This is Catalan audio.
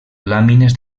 làmines